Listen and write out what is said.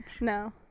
No